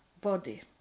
body